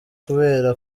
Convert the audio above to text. kubera